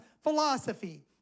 philosophy